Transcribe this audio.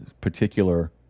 particular